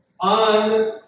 on